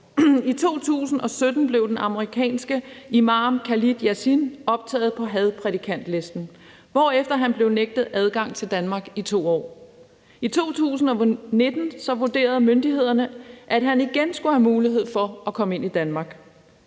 I 2017 blev den amerikanske imam Khalid Yasin optaget på hadprædikantlisten, hvorefter han blev nægtet adgang til Danmark i 2 år. I 2019 vurderede myndighederne, at han igen skulle have mulighed for at komme ind i Danmark.